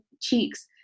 cheeks